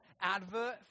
advert